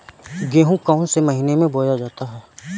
गेहूँ कौन से महीने में बोया जाता है?